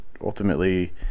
ultimately